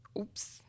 oops